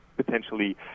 potentially